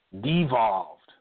Devolved